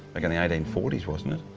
like in the eighteen-forties wasn't it?